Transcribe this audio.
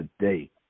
today